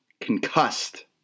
Concussed